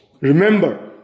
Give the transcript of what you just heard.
Remember